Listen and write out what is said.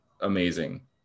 amazing